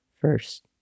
first